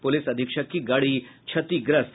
police अधीक्षक की गाड़ी क्षतिग्रस्त